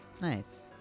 Nice